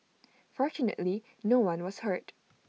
fortunately no one was hurt